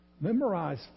Memorize